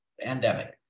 pandemic